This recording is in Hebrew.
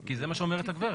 כי זה מה שאומרת הגברת.